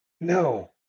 No